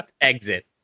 exit